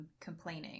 complaining